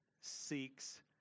seeks